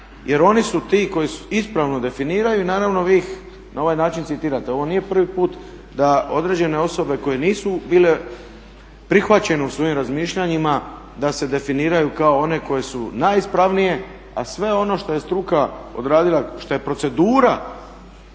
jer oni su ti koji ispravno definiraju i naravno vi ih na ovaj način citirate. Ovo nije prvi put da određene osobe koje nisu bile prihvaćene u svojim razmišljanjima da se definiraju kao one koje su najispravnije a sve ono što je struke odradila, što je procedura